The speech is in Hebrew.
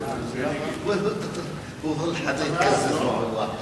את הנושא לוועדת הכספים נתקבלה.